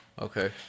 Okay